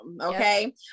Okay